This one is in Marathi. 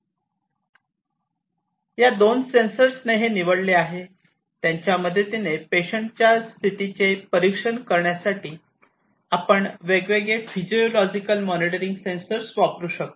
या दोन सेन्सर्सनी हे निवडले आहे त्यांच्या मदतीने पेशंट च्या स्थितीचे परीक्षण करण्यासाठी आपण वेगवेगळे फिजिओलॉजिकल मॉनिटरींग सेन्सर्स वापरू शकता